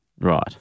Right